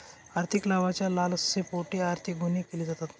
आर्थिक लाभाच्या लालसेपोटी आर्थिक गुन्हे केले जातात